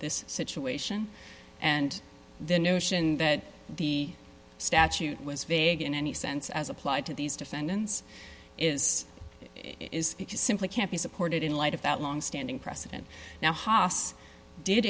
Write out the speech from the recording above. this situation and the notion that the statute was vague in any sense as applied to these defendants is is simply can't be supported in light of that longstanding precedent now haas did